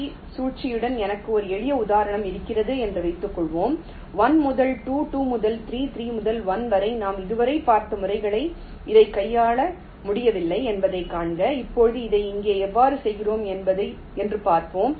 G சுழற்சியுடன் எனக்கு ஒரு எளிய உதாரணம் இருக்கிறது என்று வைத்துக்கொள்வோம் 1 முதல் 2 2 முதல் 3 3 முதல் 1 வரை நாம் இதுவரை பார்த்த முறைகளை இதைக் கையாள முடியவில்லை என்பதைக் காண்க இப்போது இதை இங்கே எவ்வாறு செய்கிறோம் என்று பார்ப்போம்